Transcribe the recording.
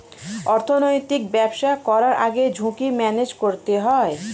অর্থনৈতিক ব্যবসা করার আগে ঝুঁকি ম্যানেজ করতে হয়